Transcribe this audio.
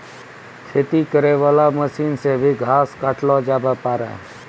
खेती करै वाला मशीन से भी घास काटलो जावै पाड़ै